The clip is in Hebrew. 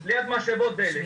ליד משאבות דלק,